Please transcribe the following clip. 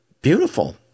beautiful